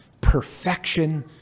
perfection